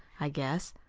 i guess.